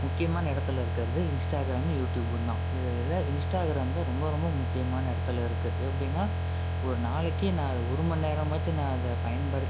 முக்கியமான இடத்துல இருக்கிறது இன்ஸ்டாகிராமு யூடியூப்புந்தான் இதில் இன்ஸ்டாகிராம் தான் ரொம்ப ரொம்ப முக்கியமான இடத்துல இருக்குது எப்படின்னா ஒரு நாளைக்கி நான் ஒரு மணி நேரமாச்சும் நான் அதை பயன்படுத்து